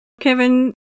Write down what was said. Kevin